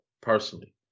personally